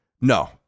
no